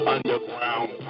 Underground